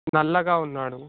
నల్లగా ఉన్నాడు